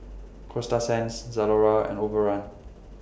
Coasta Sands Zalora and Overrun